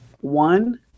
one